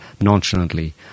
nonchalantly